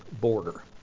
border